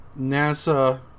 NASA